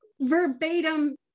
verbatim